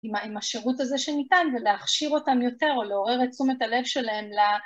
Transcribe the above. עם השירות הזה שניתן ולהכשיר אותם יותר או לעורר את תשומת הלב שלהם ל...